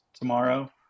tomorrow